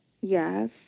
Yes